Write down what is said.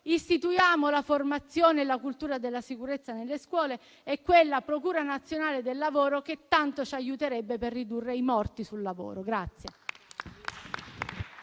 istituiamo la formazione e la cultura della sicurezza nelle scuole e quella procura nazionale del lavoro che tanto ci aiuterebbe per ridurre il numero dei